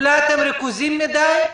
אולי אתם ריכוזיים מדי?